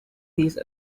these